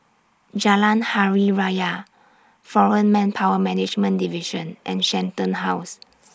Jalan Hari Raya Foreign Manpower Management Division and Shenton House